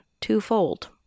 twofold